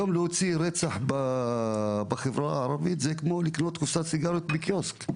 היום להוציא לפועל רצח בחברה הערבית זה כמו לקנות קופסת סיגריות בקיוסק.